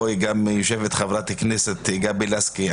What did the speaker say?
פה יושבת גם חברת הכנסת גבי לסקי.